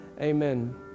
amen